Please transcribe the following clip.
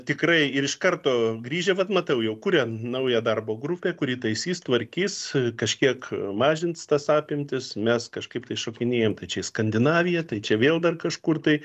tikrai ir iš karto grįžę vat matau jau kuria naują darbo grupę kuri taisys tvarkys kažkiek mažins tas apimtis mes kažkaip tai šokinėjam tai čia į skandinaviją tai čia vėl dar kažkur tai